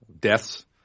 deaths